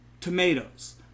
tomatoes